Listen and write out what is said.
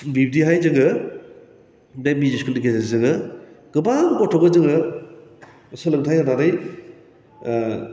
बिब्दिहाय जोङो बे मिउक स्कुलनि गेजेरजों जोङो गोबा गथ'खौ जोङो सोलोंथाइ होनानै